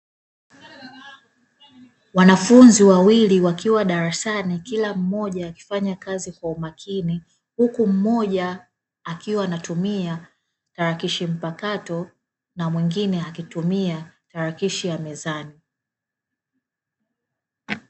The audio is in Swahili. Wanafunzi wawili wakiwa darasani Kila mmoja akifanya kazi kwa umakini, huku mmoja akiwa anatumia tarakilishi mpakato na mwingine akitumia tarakilishi ya mezani.